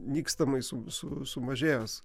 nykstamai su su sumažėjęs